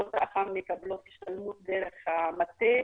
מדריכות האח"מ מקבלות השתלמות דרך המטה.